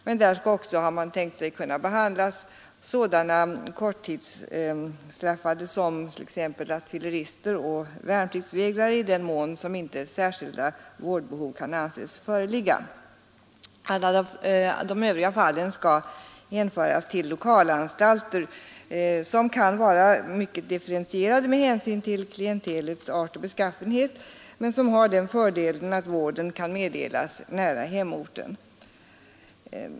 Men där har man också tänkt sig kunna behandla sådana korttidsstraffade som t.ex. rattfyllerister och värnpliktsvägrare i den mån annat vårdbehov för dem inte anses föreligga. Alla de övriga fallen skall hänföras till lokalanstalter som kan vara mycket differentierade med hänsyn till klientelets art och beskaffenhet men som har den fördelen att vården kan meddelas nära hemorten.